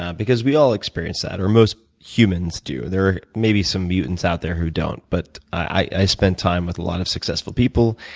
because we all experience that, or most humans do. there are maybe some mutants out there who don't, but i've spent time with a lot of successful people.